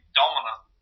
dominant